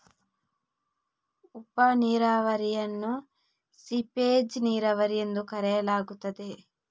ಉಪ ನೀರಾವರಿಯನ್ನು ಸೀಪೇಜ್ ನೀರಾವರಿ ಎಂದೂ ಕರೆಯಲಾಗುತ್ತದೆ